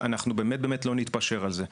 ואנחנו באמת באמת לא נתפשר על זה.